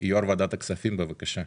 יושב ראש ועדת הכספים, בבקשה.